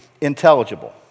intelligible